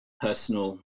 personal